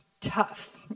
tough